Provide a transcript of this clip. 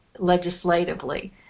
legislatively